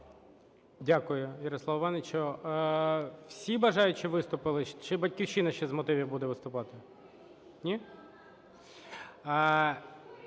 Дякую, Ярославе Івановичу. Всі бажаючі виступили, чи "Батьківщина" ще з мотивів буде виступати? Ні?